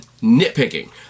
nitpicking